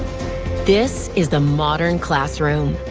this is the modern classroom.